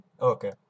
Okay